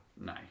No